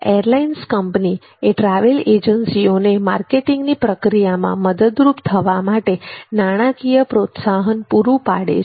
airlines company એ travel એજન્સીઓને માર્કેટિંગની પ્રક્રિયામાં મદદરૂપ થવા માટે નાણાકીય પ્રોત્સાહન પૂરું પાડે છે